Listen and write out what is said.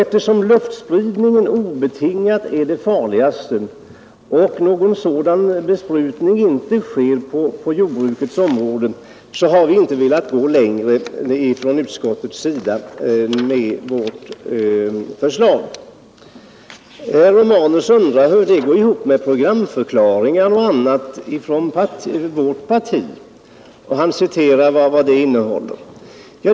Eftersom luftspridningen obetingat är den farligaste och någon sådan spridning inte sker på jordbrukets område, har vi från utskottets sida inte velat gå längre med vårt förslag. Herr Romanus undrar hur förslaget går ihop med programförklaringar m.m. från vårt parti, och han citerar ut programmet.